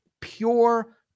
Pure